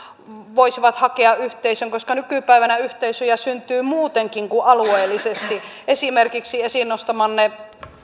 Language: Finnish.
voisivat hakea koska nykypäivänä yhteisöjä syntyy muutenkin kuin alueellisesti esimerkiksi esiin nostamanne